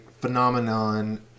phenomenon